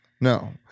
No